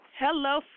Hello